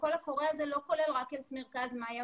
הקול קורא הזה לא כולל רק את מרכז 'מאיה',